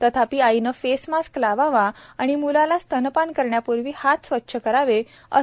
तथापि आईने face mask लावावा आणि म्लाला स्तनपान करण्यापूर्वी हात स्वच्छता करावे